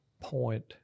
point